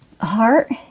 heart